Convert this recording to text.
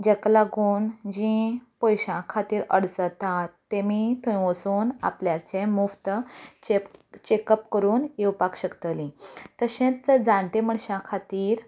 जाका लागून जीं पयशां खातीर अडचतात तेमी थंय वचून आपल्याचें मुफ्त चे चॅक अप करून येवपाक शकतलीं तशेंच जाणट्या मनशां खातीर